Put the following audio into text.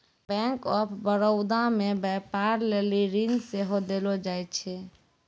bank of Baroda मे व्यपार लेली ऋण सेहो देलो जाय छै